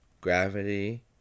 gravity